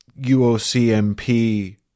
uocmp